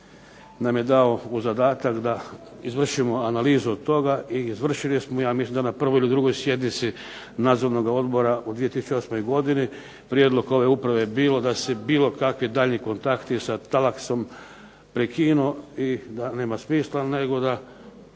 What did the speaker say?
nam je dao u zadatak da izvršimo analizu od toga, i izvršili smo, ja mislim da na 1. ili 2. sjednici nadzornoga odbora u 2008. godini prijedlog ove uprave je bio da se bilo kakvi daljnji kontakti sa Talaksom prekinu i da nema smisla, nego da